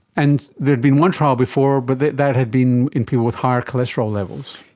and there had been one trial before but that that had been in people with higher cholesterol levels.